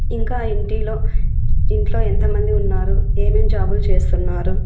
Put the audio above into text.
ఇంకా ఇంటిలో ఇంట్లో ఎంతమంది ఉన్నారు ఏమేం జాబులు చేస్తున్నారు